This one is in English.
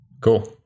cool